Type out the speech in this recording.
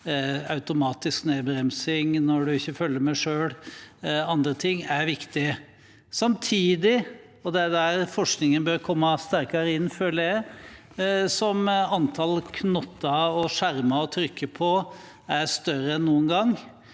automatisk nedbremsing når en ikke følger med selv, osv., er viktig. Samtidig – og det er der forskningen bør komme sterkere inn, føler jeg – er antall knotter og skjermer å trykke på større enn noen gang.